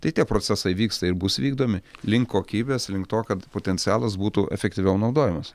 tai tie procesai vyksta ir bus vykdomi link kokybės link to kad potencialas būtų efektyviau naudojamas